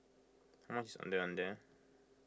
how much is Ondeh Ondeh